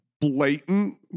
blatant